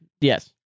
Yes